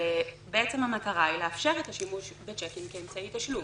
ובעצם המטרה היא לאפשר את השימוש בצ'קים כאמצעי תשלום.